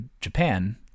Japan